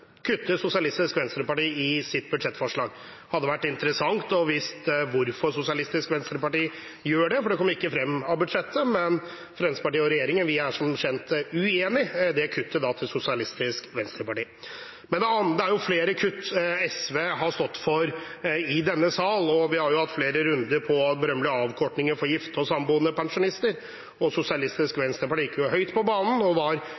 sitt budsjettforslag. Det hadde vært interessant å få vite hvorfor Sosialistisk Venstreparti gjør det, for det kommer ikke frem av budsjettet. Fremskrittspartiet og regjeringen er som kjent uenig i det kuttet fra Sosialistisk Venstreparti. Men det er flere kutt SV har stått for i denne sal. Vi har hatt flere runder om den berømmelige avkortingen for gifte og samboende pensjonister. Sosialistisk Venstreparti gikk høyt på banen og var